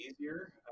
easier